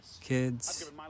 kids